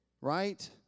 right